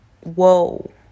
whoa